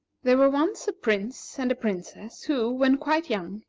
there were once a prince and a princess who, when quite young,